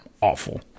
awful